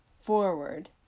forward